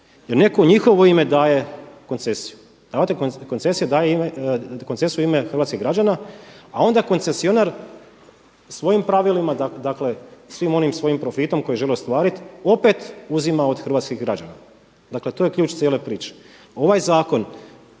jer neko u njihovo ime daje koncesiju. Davatelj koncesije daje koncesiju u ime hrvatskih građana, a onda koncesionar svojim pravilima, dakle svim onim svojim profitom koji želi ostvariti opet uzima od hrvatskih građana. Dakle, to je ključ cijele priče. Ovaj zakon